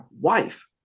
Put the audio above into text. Wife